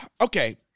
okay